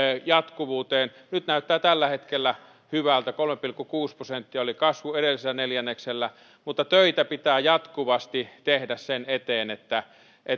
jatkuvuuteen tulee nyt näyttää tällä hetkellä hyvältä kolme pilkku kuusi prosenttia oli kasvu edellisellä neljänneksellä mutta töitä pitää jatkuvasti tehdä sen eteen että